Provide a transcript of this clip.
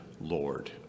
Lord